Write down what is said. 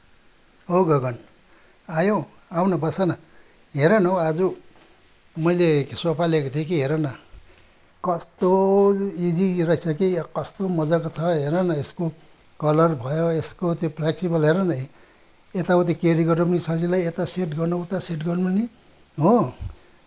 ओ गगन आयौ आउन बसन हेरन हौ आज मैले सोफा ल्याएको थिएँ कि हेरन कस्तो इजी रहेछ के यो कस्तो मजाको छ हेरन यसको कलर भयो यसको त्यो फ्लेक्सिबल हेरन यी यता उती क्यारी गर्न पनि सजिलो यता सेट गर्नु उता सेट गर्नु पनि हो